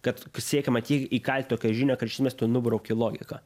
kad siekiama tiek įkalt tokią žinią kad iš esmės tu nubrauki logiką